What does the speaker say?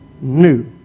new